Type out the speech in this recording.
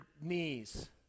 knees